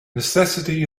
necessity